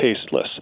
tasteless